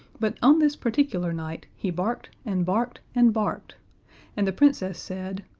but on this particular night he barked and barked and barked and the princess said,